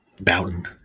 Bowden